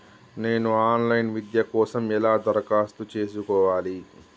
నేను online విద్య కోసం ఎలా దరఖాస్తు చేసుకోవాలి?